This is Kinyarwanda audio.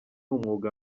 umwuga